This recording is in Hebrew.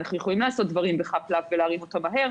אנחנו יכולים לעשות דברים בחאפ-לאפ ולהרים אותם מהר,